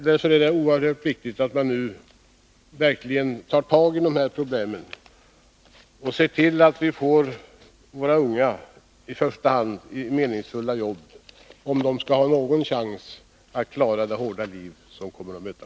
Därför är det oerhört viktigt att man nu verkligen tar tag i dessa problem och ser till att i första hand våra unga får meningsfulla jobb, om de skall ha någon chans att klara det hårda liv som de kommer att möta.